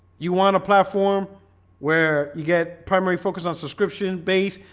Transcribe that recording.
you want a platform where you get primary focus on subscription base.